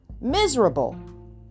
miserable